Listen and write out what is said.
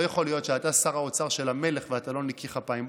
לא יכול להיות שאתה שר האוצר של המלך ואתה לא נקי כפיים.